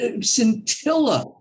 scintilla